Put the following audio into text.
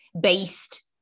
based